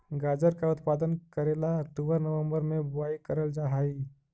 गाजर का उत्पादन करे ला अक्टूबर नवंबर में बुवाई करल जा हई